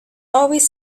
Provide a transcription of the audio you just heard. always